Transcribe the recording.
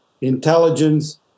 intelligence